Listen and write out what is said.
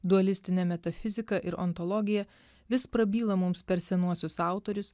dualistinė metafizika ir ontologija vis prabyla mums per senuosius autorius